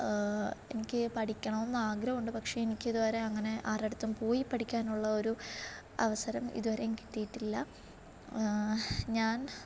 എനിക്ക് പഠിക്കണമെന്ന് ആഗ്രഹം ഉണ്ട് പക്ഷേ എനിക്കിതുവരെ അങ്ങനെ ആരുടെയടുത്തും പോയി പഠിക്കാനുള്ളൊരു അവസരം ഇതുവരെയും കിട്ടീട്ടില്ല ഞാൻ